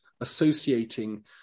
associating